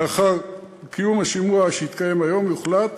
לאחר קיום השימוע היום יוחלט